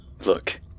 Look